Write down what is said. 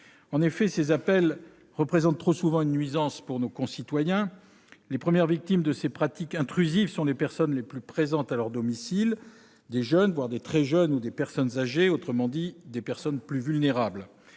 En effet, ces appels représentent trop souvent une nuisance pour nos concitoyens ; les premières victimes de ces pratiques intrusives sont les personnes les plus présentes à leur domicile : des jeunes, voire des très jeunes, ou des personnes âgées, autrement dit, des personnes plus vulnérables.